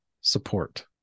support